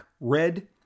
Red